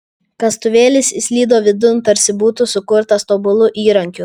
kastuvėlis įslydo vidun tarsi būtų sukurtas tobulu įrankiu